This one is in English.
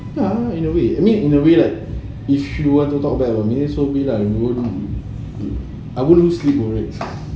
ya in a way I mean in a way like if you want to talk bad about me so be it lah I won't I won't lose sleep over it